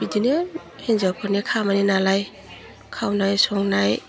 बिदिनो हिनजावफोरनि खामानि नालाय खावनाय संनाय